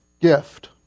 gift